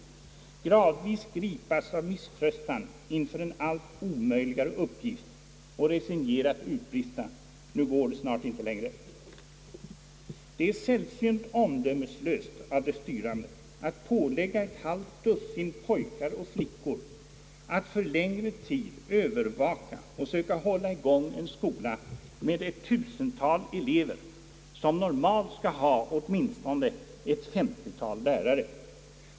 Jag har sett honom gradvis gripas av misströstan inför en allt omöjligare uppgift och hört honom resignerat utbrista: »Nu går det snart inte längre.» Det är sällsynt omdömeslöst av de styrande att ålägga ett halvt dussin pojkar och flickor att för längre tid övervaka och söka hålla i gång en skola med ett tusental elever, som normalt skulle ha åtminstone ett 50-tal lärare.